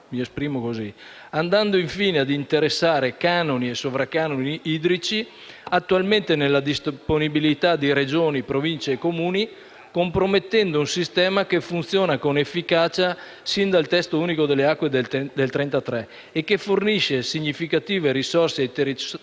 (mi esprimo così), andando infine ad interessare canoni e sovracanoni idrici attualmente nella disponibilità di Regioni, Province e Comuni, compromettendo un sistema che funziona con efficacia sin dal testo unico delle acque del 1933 e che fornisce significative risorse ai territori